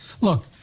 look